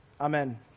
Amen